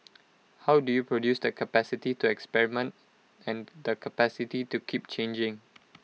how do you produce the capacity to experiment and the capacity to keep changing